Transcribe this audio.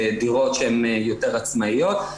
בדירות שהן יותר עצמאיות.